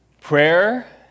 Prayer